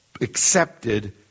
accepted